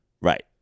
Right